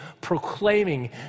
proclaiming